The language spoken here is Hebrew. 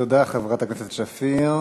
תודה, חברת הכנסת שפיר.